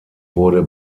wurde